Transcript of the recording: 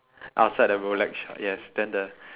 outside the Rolex shop yes then the